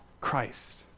Christ